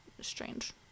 Strange